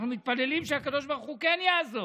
אנחנו מתפללים שהקדוש ברוך הוא כן יעזור.